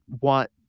want